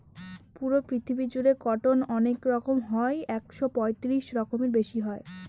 পুরো পৃথিবী জুড়ে কটন অনেক রকম হয় একশো পঁয়ত্রিশ রকমেরও বেশি হয়